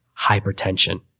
hypertension